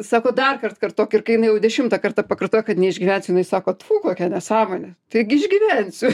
sako darkart kartok ir kai jinai jau dešimtą kartą pakartoja kad neišgyvensiu jinai sako tfu kokia nesąmonė taigi išgyvensiu